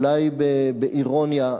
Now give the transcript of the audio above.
אולי באירוניה,